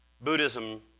Buddhism